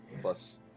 plus